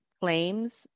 claims